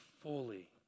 fully